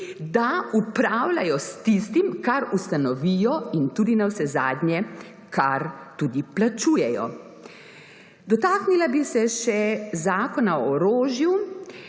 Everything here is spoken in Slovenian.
da upravljajo s tistim, kar ustanovijo in, navsezadnje, kar tudi plačujejo. Dotaknila bi se še Zakona o orožju.